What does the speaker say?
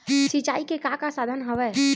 सिंचाई के का का साधन हवय?